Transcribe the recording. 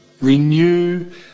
Renew